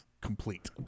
complete